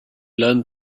learned